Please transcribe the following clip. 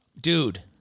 Dude